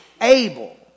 able